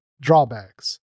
drawbacks